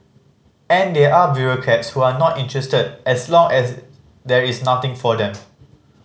and there are bureaucrats who are not interested as long as there is nothing for them